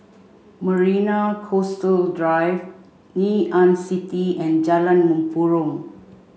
Marina Coastal Drive Ngee Ann City and Jalan Mempurong